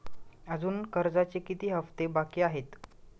अजुन कर्जाचे किती हप्ते बाकी आहेत?